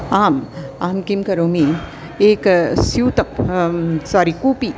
आम् अहं किं करोमि एकः स्यूतः सारि कूपी